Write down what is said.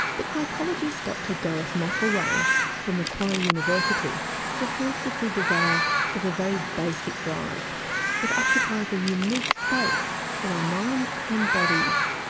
but psychologist dr doris mcilwain from macquarie university prefers to see desire as a very basic drive that occupies a unique space in our minds and bodies.